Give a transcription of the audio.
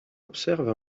observe